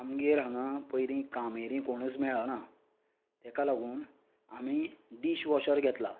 आमगेर हांगा पयलीं कामेरीं कोणूय मेळना ताका लागून आमी डिश वाॅशर घेतला